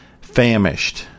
famished